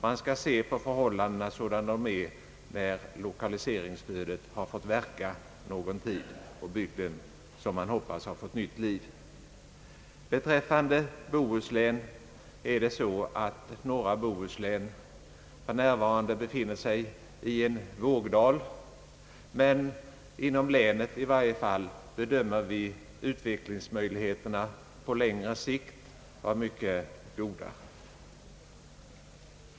Man skall se på läget sådant det blir, när lokaliseringsstödet har fått verka någon tid i bygden, och denna, såsom man hoppas, har fått nytt liv. Norra Bohuslän befinner sig för närvarande i en vågdal, men i varje fall inom länet bedömes utvecklingsmöjligheterna på längre sikt vara mycket goda.